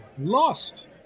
lost